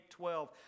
12